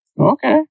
Okay